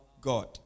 God